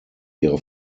ihre